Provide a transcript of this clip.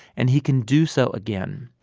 and he can do so again.